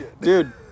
Dude